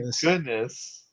goodness